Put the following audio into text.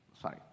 Sorry